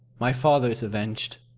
my father is avenged.